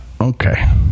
Okay